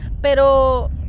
Pero